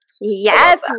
Yes